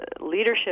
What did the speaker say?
leadership